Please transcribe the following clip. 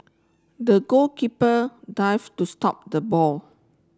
the goalkeeper dive to stop the ball